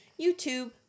youtube